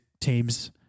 teams